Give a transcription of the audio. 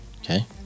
Okay